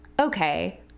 okay